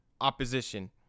opposition